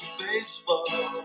baseball